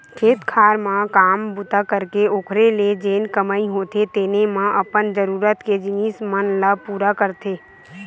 खेत खार म काम बूता करके ओखरे ले जेन कमई होथे तेने म अपन जरुरत के जिनिस मन ल पुरा करथे